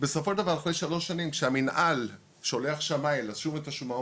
בסופו של דבר אחרי שלוש שנים כשהמינהל שולח שמאי לשום את השומה,